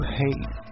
hate